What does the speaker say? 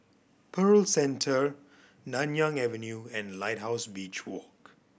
Pearl Centre Nanyang Avenue and Lighthouse Beach Walk